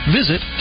visit